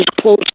close